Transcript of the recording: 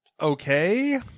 Okay